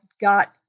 got